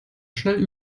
schnell